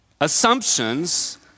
Assumptions